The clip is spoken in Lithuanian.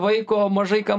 vaiko mažai kam